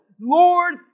Lord